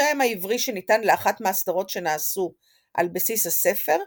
השם העברי שניתן לאחת מהסדרות שנעשו על בסיס הספר,